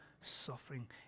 suffering